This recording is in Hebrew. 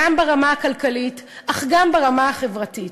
גם ברמה הכלכלית אך גם ברמה החברתית.